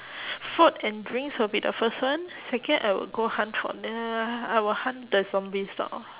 food and drinks will be the first one second I will go hunt tr~ the I will hunt the zombies down